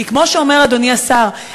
כמו שאומר אדוני השר,